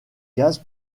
gaz